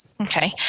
Okay